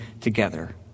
together